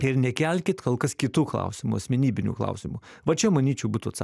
ir nekelkit kol kas kitų klausimų asmenybinių klausimų va čia manyčiau būtų atsa